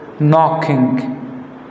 Knocking